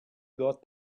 got